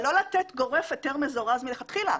אבל לא לתת גורף היתר מזורז מלכתחילה.